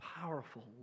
powerful